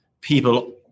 people